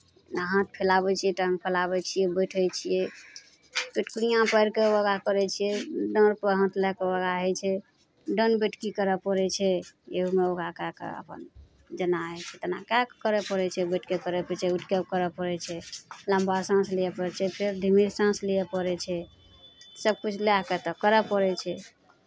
एना हाथ फैलाबै छियै टाङ्ग फैलाबै छियै बैठै छियै पेटकुनिआँ पारि कऽ योगा करै छियै डाँड़पर हाथ लए कऽ योगा होइ छै दण्ड बैठकी करय पड़ै छै एहूमे योगा कए कऽ अपन जेना होइ छै तेना कए कऽ करय पड़ै छै बैठि कऽ करय पड़ै छै उठि कऽ करय पड़ै छै लम्बा साँस लिअ पड़ै छै फेर धीमे साँस लिअ पड़ै छै सभकिछु लए कऽ तऽ करय पड़ै छै